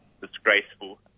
disgraceful